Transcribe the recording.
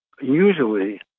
usually